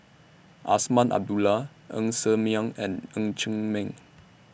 Azman Abdullah Ng Ser Miang and Ng Chee Meng